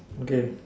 okay